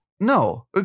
No